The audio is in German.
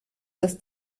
das